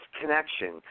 connection